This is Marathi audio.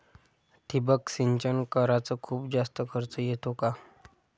ठिबक सिंचन कराच खूप जास्त खर्च येतो का?